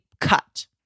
cut